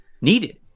needed